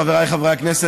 חבריי חברי הכנסת,